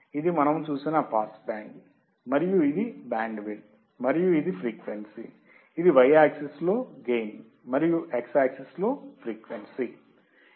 ఇది మనము చూసిన పాస్ బ్యాండ్ మరియు ఇది బ్యాండ్ విడ్త్ మరియు ఇది ఫ్రీక్వెన్సీ ఇది y యాక్సిస్ లో గెయిన్ మరియు x యాక్సిస్ లో ఫ్రీక్వెన్సీ ఉంటుంది